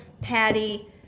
Patty